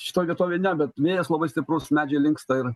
šitoj vietovėj ne bet vėjas labai stiprus medžiai linksta ir